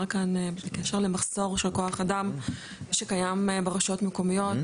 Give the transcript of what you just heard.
כאן בקשר למחסור של כוח אדם שקיים ברשויות המקומיות,